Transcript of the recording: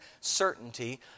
certainty